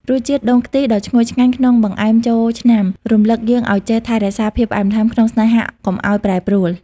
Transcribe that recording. រសជាតិដូងខ្ទិះដ៏ឈ្ងុយឆ្ងាញ់ក្នុងបង្អែមចូលឆ្នាំ រំលឹកយើងឱ្យចេះថែរក្សាភាពផ្អែមល្ហែមក្នុងស្នេហាកុំឱ្យប្រែប្រួល។